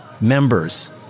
members